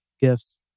gifts